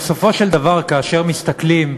בסופו של דבר, כאשר מסתכלים,